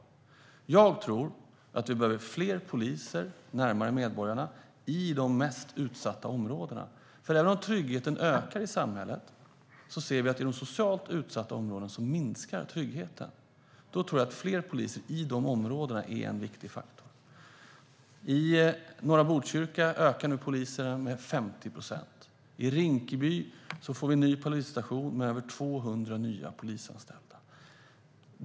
Jag tror att vi behöver fler poliser närmare medborgarna i de mest utsatta områdena. Även om tryggheten ökar i samhället i stort ser vi att den minskar i socialt utsatta områden. Då är fler poliser i dessa områden en viktig faktor. I norra Botkyrka ökar poliserna med 50 procent. I Rinkeby får vi en ny polisstation med över 200 nya polisanställda.